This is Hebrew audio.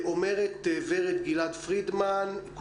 כותבת ורד גלעד פרידמן: